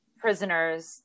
Prisoners